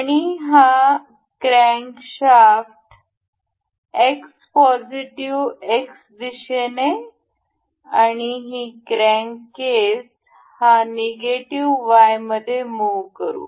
आणि हा crankshaft X positive X दिशेने आणि ही क्रॅंक केस हा निगेटिव्ह Y मध्ये मुह करू